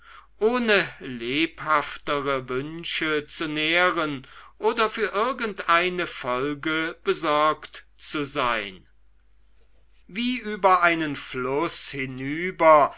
ohne lebhaftere wunsche zu nähren oder für irgendeine folge besorgt zu sein wie über einen fluß hinüber